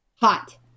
Hot